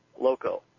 loco